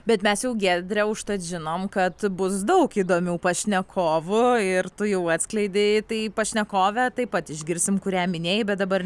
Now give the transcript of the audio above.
bet mes jau giedre užtat žinom kad bus daug įdomių pašnekovų ir tu jau atskleidei tai pašnekovę taip pat išgirsim kurią minėjai bet dabar